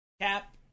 Cap